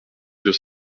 deux